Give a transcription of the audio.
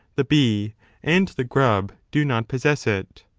the bee and the grub do not possess it.